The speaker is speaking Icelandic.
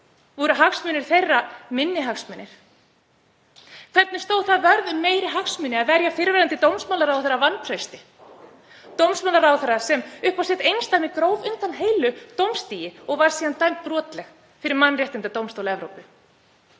Voru hagsmunir þeirra minni hagsmunir? Hvernig stóð það vörð um meiri hagsmuni að verja fyrrverandi dómsmálaráðherra vantrausti, dómsmálaráðherra sem upp á sitt einsdæmi gróf undan heilu dómstigi og var síðan dæmd brotleg fyrir Mannréttindadómstóli Evrópu?